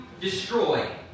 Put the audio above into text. destroy